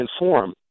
inform